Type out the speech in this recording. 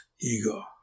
ego